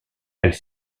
elle